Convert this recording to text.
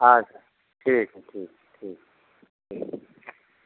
अच्छा ठीक हय ठीक ठीक ठीक